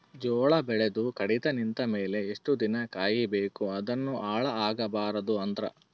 ಜೋಳ ಬೆಳೆದು ಕಡಿತ ನಿಂತ ಮೇಲೆ ಎಷ್ಟು ದಿನ ಕಾಯಿ ಬೇಕು ಅದನ್ನು ಹಾಳು ಆಗಬಾರದು ಅಂದ್ರ?